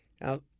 Now